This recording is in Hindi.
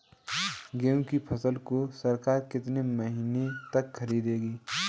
गेहूँ की फसल को सरकार किस महीने तक खरीदेगी?